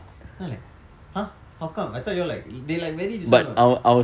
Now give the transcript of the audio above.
then like !huh! how come I thought you were like they like very this one [what]